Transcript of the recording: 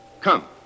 Come